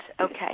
okay